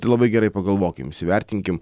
tai labai gerai pagalvokim įvertinkim